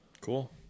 Cool